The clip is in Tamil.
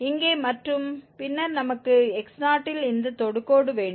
இங்கே மற்றும் பின்னர் நமக்கு x0 ல் இந்த தொடுகோடு வேண்டும்